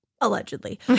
allegedly